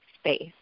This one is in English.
space